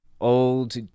old